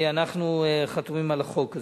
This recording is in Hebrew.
אנחנו חתומים על החוק הזה.